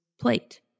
plate